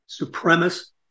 supremacist